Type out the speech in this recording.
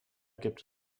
gibt